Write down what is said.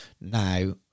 now